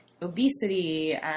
obesity